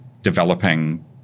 developing